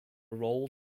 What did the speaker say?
roll